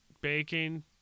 baking